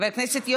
לסעיף 17?